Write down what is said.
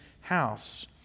house